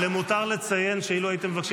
למותר לציין שאילו הייתם מבקשים,